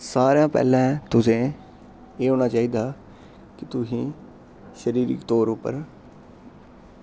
सारें कशा पैह्लें तुसें एह् होना चाहिदा कि तुसेंगी शरीरिक तौर उप्पर